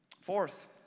Fourth